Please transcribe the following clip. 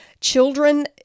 Children